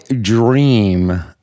dream